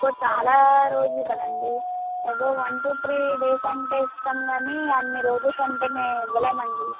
అబ్బో చాలా రోజులు కదండి ఏదో వన్ టూ త్రీ డేస్ అంటే ఇస్తాం కానీ అన్ని రోజులుకంటే మేము ఇవ్వలేంమండి